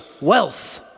wealth